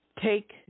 take